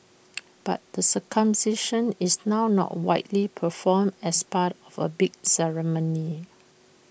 but the circumcision is now not widely performed as part of A big ceremony